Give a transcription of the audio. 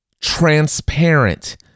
transparent